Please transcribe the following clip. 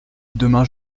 demain